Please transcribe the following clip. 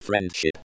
Friendship